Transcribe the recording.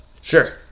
Sure